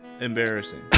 embarrassing